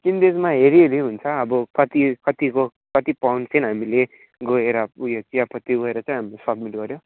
किनबेचमा हेरी हेरी हुन्छ अब कति कतिको कति पाउन्ड चाहिँ हामीले गएर उयो चियापत्ती गएर चाहिँ हामी सब्मिट गर्यौँ